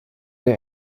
der